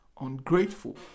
ungrateful